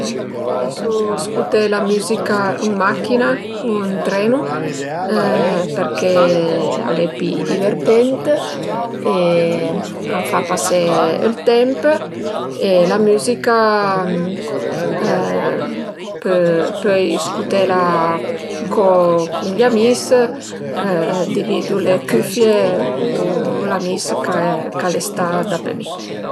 Preferisu scuté la müzica ën macchina u ën trenu perché al e pi divertent e a m'fa pasé ël temp e la müzica pöi scutela co cun i amis, dividu le cüfie ul'amis ch'al e sta dapé mi